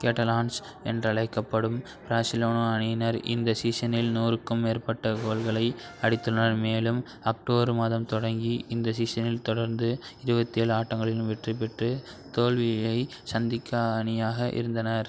Catalans என்றழைக்கப்படும் Barcelona அணியினர் இந்த சீசனில் நூறுக்கும் மேற்பட்ட கோல்களை அடித்துள்ளனர் மேலும் அக்டோபர் மாதம் தொடங்கி இந்த சீசனில் தொடர்ந்து இருபத்தி ஏழு ஆட்டங்களிலும் வெற்றி பெற்று தோல்வியையைச் சந்திக்காத அணியாக இருந்தனர்